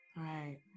Right